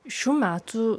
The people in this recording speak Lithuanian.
šių metų